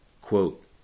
Quote